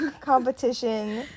competition